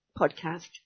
podcast